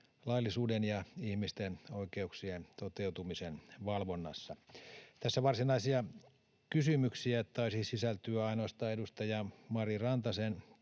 laillisuuden ja ihmisten oikeuksien toteutumisen valvonnassa. Tässä varsinaisia kysymyksiä taisi sisältyä ainoastaan edustaja Mari Rantasen